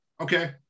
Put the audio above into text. okay